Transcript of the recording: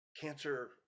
cancer